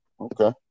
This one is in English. Okay